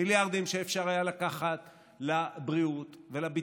מיליארדים שאפשר היה לקחת לבריאות, לביטחון,